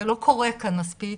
זה לא קורה כאן מספיק.